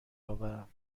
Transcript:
آورم